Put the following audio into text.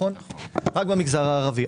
רק במגזר הערבי.